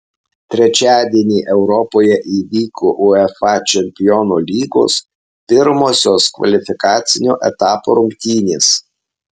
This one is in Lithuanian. trečiadienį europoje įvyko uefa čempionų lygos pirmosios kvalifikacinio etapo rungtynės